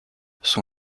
son